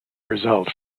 result